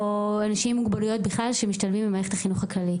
או ילדים עם מוגבלויות בכלל שמשתלבים עם המערכת הכללית,